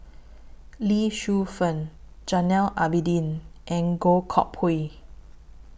Lee Shu Fen Zainal Abidin and Goh Koh Pui